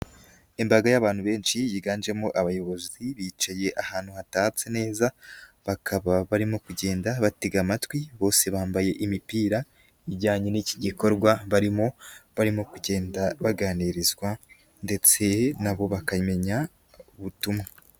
Imbaga y'abantu benshi yiganjemo abayobozi bicaye ahantu hatatse neza, bakaba barimo kugenda batega amatwi bose bambaye imipira ijyanye n'iki gikorwa barimo, barimo kugenda baganirizwa ndetse na bo bakamenya ubutumwa.